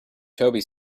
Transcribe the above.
toby